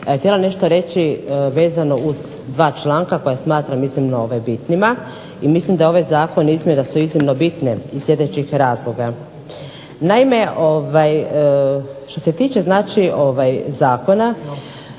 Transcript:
htjela nešto reći vezano uz dva članka koja smatram bitnima i mislim da je ovaj zakon i izmjene da su iznimno bitne iz sljedećih razloga. Naime, što se tiče zakona